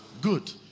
Good